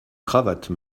cravate